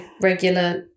regular